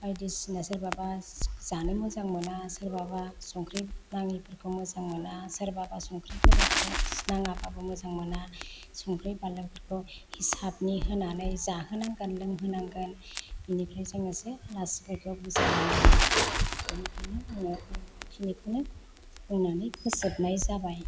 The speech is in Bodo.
बायदिसिना सोरबाबा जानो मोजां मोना सोरबाबा संख्रि नाङिफोरखौ मोजां मोना सोरबाबा संख्रि गोबाबखौ नाङाबाबो मोजां मोना संख्रि बानलुफोरखौ हिसाबनि होनानै जाहोनांगोन लोंहोनांगोन बेनिफ्राय जोङो जे आलासिफोरखौ बेनिखायनो आङो बेखिनिखौनो बुंनानै फोजोबनाय जाबाय